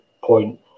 point